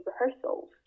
rehearsals